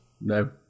No